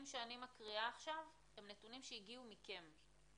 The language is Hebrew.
שאני מקריאה עכשיו הם נתונים שהגיעו מכם,